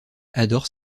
adore